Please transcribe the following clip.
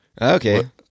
Okay